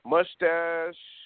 Mustache